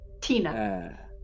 Tina